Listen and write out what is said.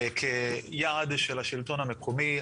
כיעד של השלטון המקומי.